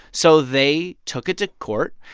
so they took it to court.